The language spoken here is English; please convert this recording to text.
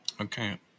Okay